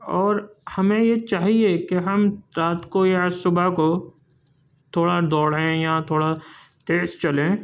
اور ہمیں یہ چاہیے کہ ہم رات کو یا صبح کو تھوڑا دوڑیں یا تھوڑا تیز چلیں